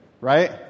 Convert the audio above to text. Right